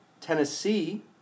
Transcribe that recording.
Tennessee